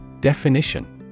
definition